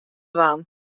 dwaan